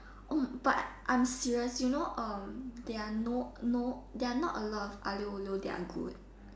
but I'm serious you know there are no no there are not a lot of Aglio-Olio that are good